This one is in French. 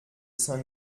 saint